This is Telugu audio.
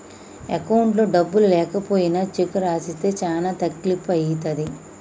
అకౌంట్లో డబ్బులు లేకపోయినా చెక్కు రాసిస్తే చానా తక్లీపు ఐతది